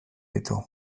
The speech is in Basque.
ditu